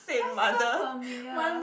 why is it so familiar ah